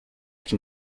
can